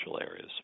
areas